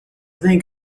think